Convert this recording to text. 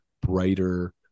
brighter